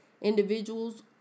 individuals